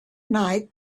night